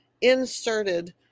inserted